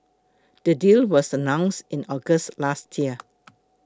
the deal was announced in August last year